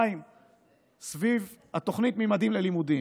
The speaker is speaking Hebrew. זה לא קרה בגלל צעדים של הממשלה הקודמת.